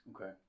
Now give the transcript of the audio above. Okay